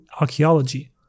archaeology